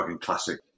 classic